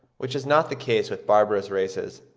which is not the case with barbarous races,